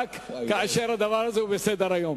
אלא רק כאשר הדבר הזה בסדר-היום.